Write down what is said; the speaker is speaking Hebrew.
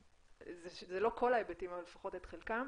זה לא כל ההיבטים, אבל לפחות את חלקם.